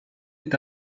est